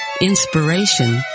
inspiration